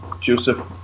Joseph